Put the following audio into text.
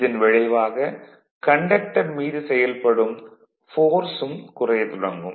இதன் விளைவாக கண்டக்டர் மீது செயல்படும் ஃபோர்ஸ் ம் குறையத் தொடங்கும்